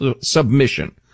submission